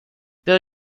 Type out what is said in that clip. pero